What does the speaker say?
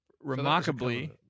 remarkably